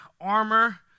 armor